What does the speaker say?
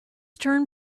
turn